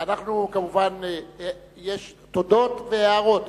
יש תודות ויש הערות,